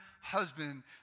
husband